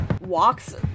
walks